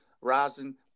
rising